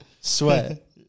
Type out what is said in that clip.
Sweat